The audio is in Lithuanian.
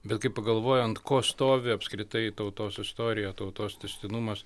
bet kai pagalvoji ant ko stovi apskritai tautos istorija tautos tęstinumas